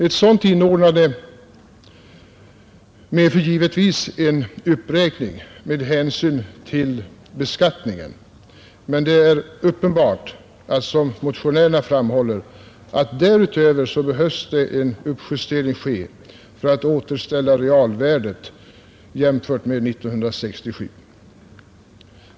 Ett sådant inordnande medför givetvis en uppräkning med hänsyn till beskattningen, men det är uppenbart — som motionärerna framhåller — att det därutöver behövs en uppjustering för att återställa realvärdet jämfört med 1967.